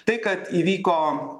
tai kad įvyko